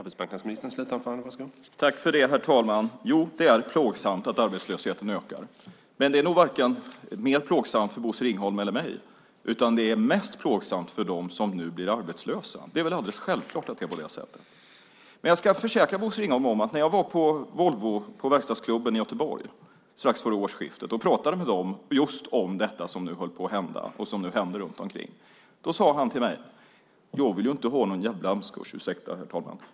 Herr talman! Jo, det är plågsamt att arbetslösheten ökar. Men det är inte mest plågsamt för Bosse Ringholm eller mig utan det är mest plågsamt för dem som nu blir arbetslösa. Det är alldeles självklart att det är på det sättet. Men jag ska berätta för Bosse Ringholm att när jag besökte verkstadsklubben på Volvo i Göteborg strax före årsskiftet och pratade med människorna där just om det som händer runt omkring sade en person till mig: Jag vill inte ha någon djävla Amskurs - ursäkta, herr talman.